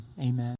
amen